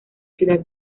ciudad